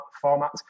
format